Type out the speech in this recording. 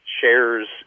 shares